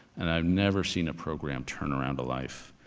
and i've never seen a program turn around a life.